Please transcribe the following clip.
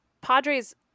Padres